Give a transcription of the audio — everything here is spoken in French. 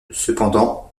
cependant